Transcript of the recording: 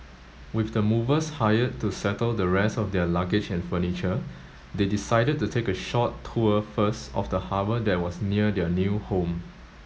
with the movers hired to settle the rest of their luggage and furniture they decided to take a short tour first of the harbour that was near their new home